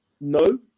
No